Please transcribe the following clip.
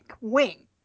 Wing